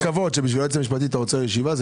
זה כבוד שבשביל היועצת המשפטית אתה עוצר ישיבה.